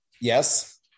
Yes